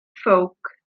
ffowc